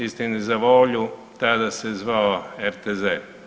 Istini za volju, tada se zvao RTZ.